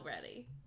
ready